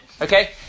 okay